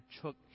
took